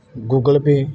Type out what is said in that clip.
Google Pay